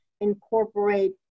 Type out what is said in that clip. incorporate